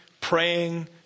praying